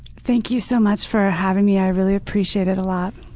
thank you so much for having me. i really appreciate it a lot.